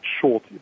short